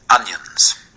Onions